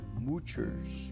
moochers